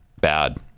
Bad